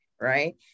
right